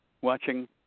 watching